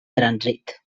trànsit